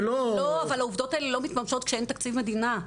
אבל העובדות האלה לא מתממשות כשאין תקציב מדינה.